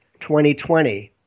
2020